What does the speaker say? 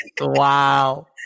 Wow